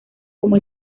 como